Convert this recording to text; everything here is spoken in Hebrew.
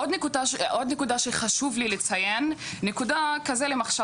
עוד נקודה שחשוב לי לציין, נקודה למחשבה.